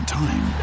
time